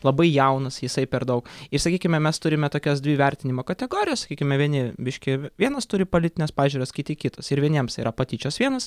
labai jaunas jisai per daug ir sakykime mes turime tokias dvi vertinimo kategorijas sakykime vieni biškį vienas turi politines pažiūras kiti kitas ir vieniems yra patyčios vienas